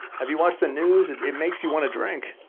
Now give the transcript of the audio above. have you watched the news? it makes you want to drink.